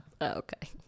Okay